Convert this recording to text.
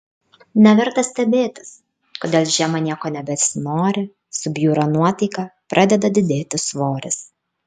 neverta stebėtis kodėl žiemą nieko nebesinori subjūra nuotaika pradeda didėti svoris